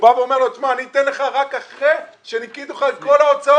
הוא בא ואומר לו שהוא ייתן לו רק אחרי שהוא ניכה לו את כל ההוצאות.